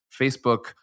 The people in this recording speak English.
Facebook